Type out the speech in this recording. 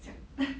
这样